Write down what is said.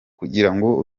kugirango